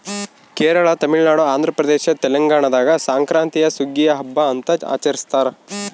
ಕೇರಳ ತಮಿಳುನಾಡು ಆಂಧ್ರಪ್ರದೇಶ ತೆಲಂಗಾಣದಾಗ ಸಂಕ್ರಾಂತೀನ ಸುಗ್ಗಿಯ ಹಬ್ಬ ಅಂತ ಆಚರಿಸ್ತಾರ